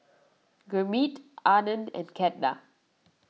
Gurmeet Anand and Ketna